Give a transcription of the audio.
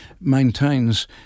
maintains